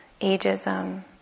ageism